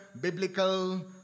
biblical